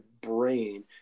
brain